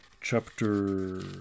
chapter